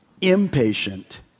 impatient